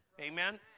Amen